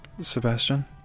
Sebastian